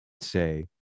say